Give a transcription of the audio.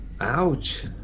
Ouch